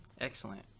excellent